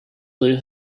blue